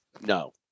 No